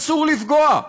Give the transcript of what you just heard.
אסור לפגוע.